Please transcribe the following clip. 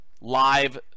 live